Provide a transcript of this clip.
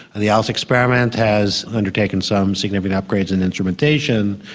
and the atlas experiment has undertaken some significant upgrades in instrumentation.